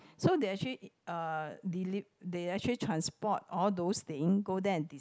so they actually uh deli~ they actually transport all those thing go there and dis~